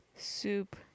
Soup